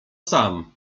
sam